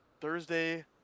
Thursday